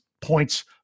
points